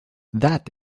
that